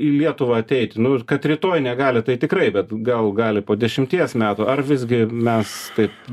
į lietuvą ateiti nu kad rytoj negali tai tikrai bet gal gali po dešimties metų ar visgi mes taip